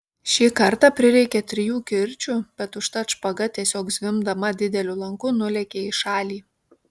šį kartą prireikė trijų kirčių bet užtat špaga tiesiog zvimbdama dideliu lanku nulėkė į šalį